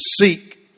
seek